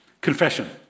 Confession